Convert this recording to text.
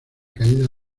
caída